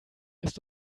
ist